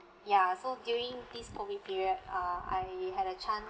ya so during this COVID period uh I had a chance